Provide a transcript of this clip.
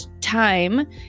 time